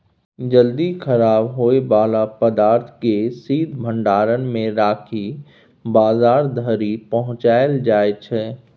जल्दी खराब होइ बला पदार्थ केँ शीत भंडारण मे राखि बजार धरि पहुँचाएल जाइ छै